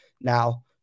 now